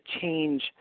change